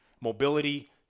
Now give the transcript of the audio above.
mobility